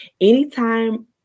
Anytime